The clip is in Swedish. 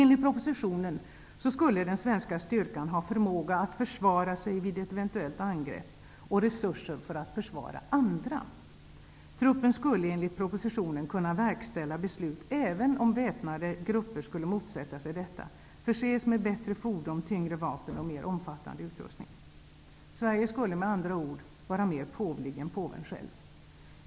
Enligt propositionen skulle den svenska styrkan ha förmåga att försvara sig vid ett ev. angrepp och ha resurser för att försvara andra. Truppen skulle enligt propositionen kunna verkställa beslut, även om väpnade grupper skulle motsätta sig detta, och förses med bättre fordon, tyngre vapen och mer omfattande utrustning. Sverige skulle med andra ord vara mer påvlig än Påven själv.